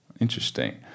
Interesting